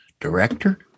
director